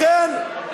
ממש לא.